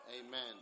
Amen